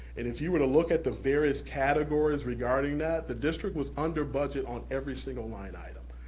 and if you were to look at the various categories regarding that, the district was under budget on every single line item.